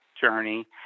journey